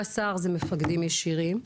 17% זה מפקדים ישירים,